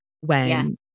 when-